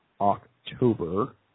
October